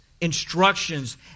instructions